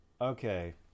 Okay